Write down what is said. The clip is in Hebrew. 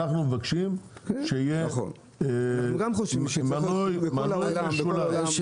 אנחנו מבקשים שיהיה מנוי משולב.